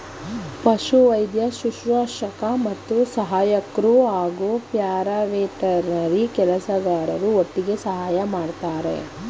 ಪಶುವೈದ್ಯ ಶುಶ್ರೂಷಕ ಮತ್ತು ಸಹಾಯಕ್ರು ಹಾಗೂ ಪ್ಯಾರಾವೆಟರ್ನರಿ ಕೆಲಸಗಾರರು ಒಟ್ಟಿಗೆ ಸಹಾಯ ಮಾಡ್ತರೆ